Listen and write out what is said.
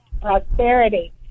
prosperity